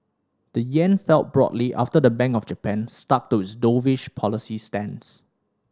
the yen fell broadly after the Bank of Japan stuck to its dovish policy stance